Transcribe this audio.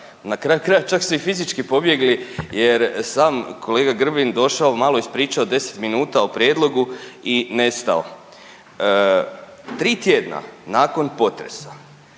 krajeva čak su i fizički pobjegli jer sam kolega Grbin došao, malo ispričao 10 minuta o prijedlogu i nestao. Tri tjedna nakon potresa